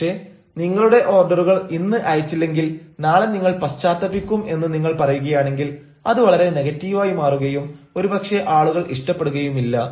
പക്ഷേ നിങ്ങളുടെ ഓർഡറുകൾ ഇന്ന് അയച്ചില്ലെങ്കിൽ നാളെ നിങ്ങൾ പശ്ചാത്തപിക്കും എന്ന് നിങ്ങൾ പറയുകയാണെങ്കിൽ അത് വളരെ നെഗറ്റീവായി മാറുകയും ഒരുപക്ഷേ ആളുകൾ ഇഷ്ടപ്പെടുകയും ഇല്ല